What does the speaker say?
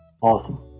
awesome